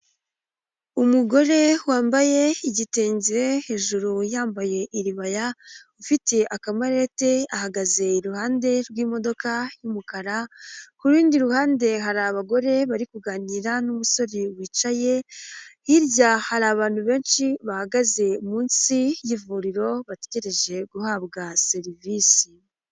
Umugore wambaye igitenge, hejuru yambaye iribaya, ufite akamarete, ahagaze iruhande rw'imodoka y'umukara, ku rundi ruhande hari abagore bari kuganira n'umusore wicaye, hirya hari abantu benshi bahagaze munsi y'ivuriro, bategereje guhabwa serivisi.